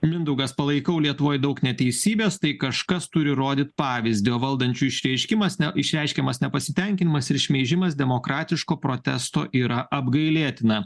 mindaugas palaikau lietuvoj daug neteisybės tai kažkas turi rodyt pavyzdį o valdančiųjų išreiškimas ne išreiškiamas nepasitenkinimas ir šmeižimas demokratiško protesto yra apgailėtina